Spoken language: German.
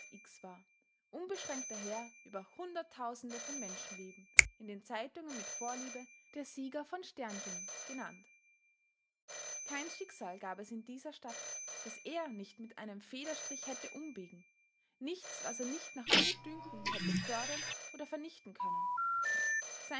x war unbeschränkter herr über hunderttausende von menschenleben in den zeitungen mit vorliebe der sieger von genannt kein schicksal gab es in dieser stadt das er nicht mit einem federstrich hätte umbiegen nichts was er nicht nach gutdünken hätte fördern oder vernichten können